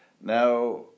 Now